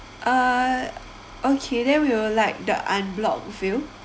uh okay then we will like the unblocked view